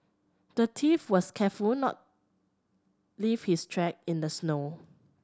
the thief was careful to not leave his track in the snow